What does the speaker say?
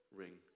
ring